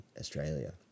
Australia